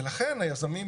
ולכן היזמים,